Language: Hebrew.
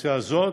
בקדנציה הזאת,